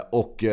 och